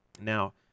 Now